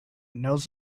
knows